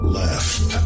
left